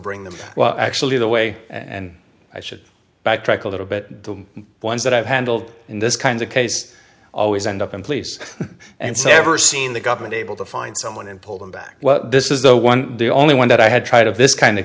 bring them well actually the way and i should backtrack a little bit the ones that i've handled in this kind of case always end up in police and say ever seen the government able to find someone and pull them back this is the one the only one that i had tried of this kind of